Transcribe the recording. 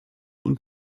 und